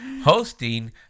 hosting